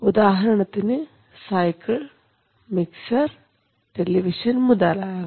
ഉദാഹരണത്തിന് cycle mixer television മുതലായവ